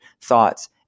thoughts